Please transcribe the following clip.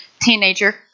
teenager